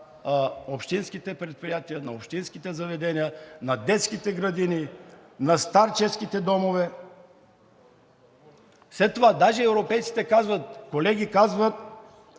общинските предприятия, на общинските заведения, на детските градини, на старческите домове. След това даже и европейците, колеги, казват